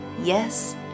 Yes